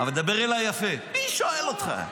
מי שואל אותךָ.